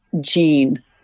gene